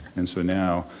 and so now,